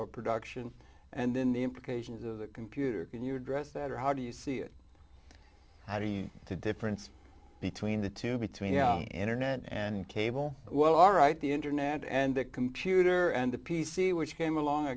or production and then the implications of the computer can you address that or how do you see it how do you to difference between the two between the internet and cable well right the internet and the computer and the p c which came along i